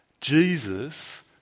Jesus